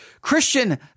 Christian